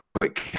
quick